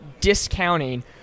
discounting